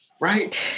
right